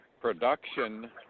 production